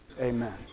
Amen